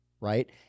right